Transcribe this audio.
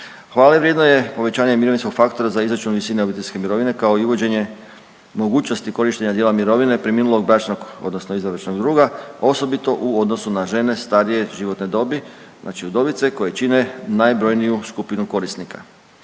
Hvale vrijedno je povećanje mirovinskog faktora za izračun visine obiteljske mirovine, kao i uvođenje mogućnosti korištenja dijela mirovine preminulog bračnog odnosno izvanbračnog druga, a osobito u odnosu na žene starije životne dobi znači udovice koje čine najbrojniju skupinu korisnika.